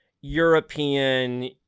European